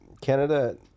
Canada